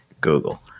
Google